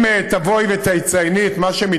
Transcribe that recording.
לא, אמון ציבורי, אם תבואי ותצייני את מה שמתבצע,